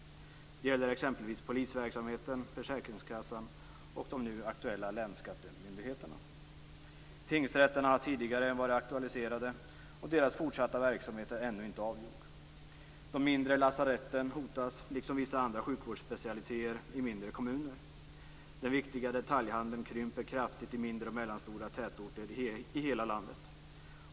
Det gäller exempelvis polisverksamheten, försäkringskassan och de nu aktuella länsskattemyndigheterna. Tingsrätterna har tidigare varit aktualiserade. Deras fortsatta verksamhet är ännu inte avgjord. De mindre lasaretten hotas, liksom vissa andra sjukvårdsspecialiteter i mindre kommuner. Den viktiga detaljhandeln krymper kraftigt i mindre och mellanstora tätorter i hela landet.